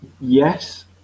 Yes